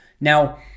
Now